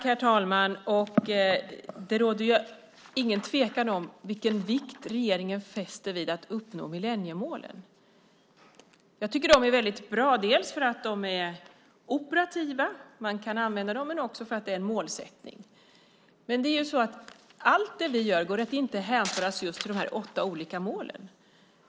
Herr talman! Det råder ingen tvekan om vilken vikt regeringen fäster vid att uppnå millenniemålen. Jag tycker att de är väldigt bra, för att de är operativa - man kan använda dem - och för att det är en målsättning. Men allt vi gör går inte att hänföra just till de åtta olika målen.